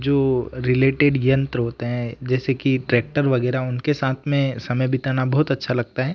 जो रिलेटेड यंत्र होते हैं जैसे ट्रेक्टर वगैरह उनके साथ में समय बिताना बहुत अच्छा लगता है